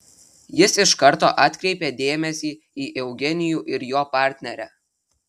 jis iš karto atkreipė dėmesį į eugenijų ir jo partnerę